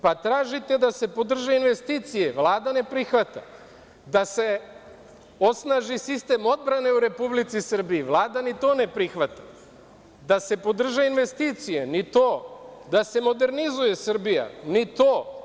Pa tražite da se podrže investicije, Vlada ne prihvata, da se osnaži sistem odbrane u Republici Srbiji, Vlada ni to ne prihvata, da se modernizuje Srbija, ni to.